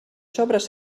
sobres